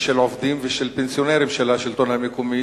ושל עובדים ושל פנסיונרים של השלטון המקומי,